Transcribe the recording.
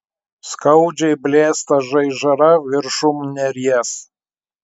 skaudžiai blėsta žaižara viršum neries